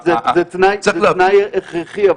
צריך להבין --- זה תנאי הכרחי,